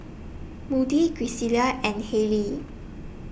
Moody Gisselle and Haylie